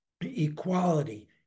equality